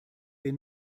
den